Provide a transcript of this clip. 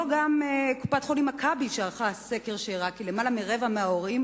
גם קופת-חולים "מכבי" ערכה סקר שהראה כי יותר מרבע מההורים